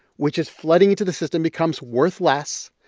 which is flooding into the system, becomes worth less.